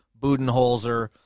Budenholzer